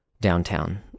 downtown